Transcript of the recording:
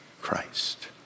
Christ